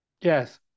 Yes